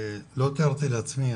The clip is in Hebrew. לא תיארתי לעצמי,